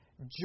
Joy